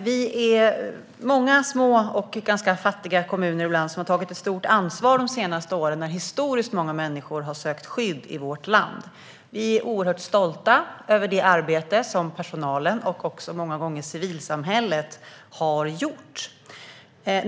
Vi är många små, och ibland ganska fattiga, kommuner som under de senaste åren har tagit ett stort ansvar när historiskt många människor har sökt skydd i vårt land. Vi är oerhört stolta över det arbete som personalen, och många gånger även civilsamhället, har gjort.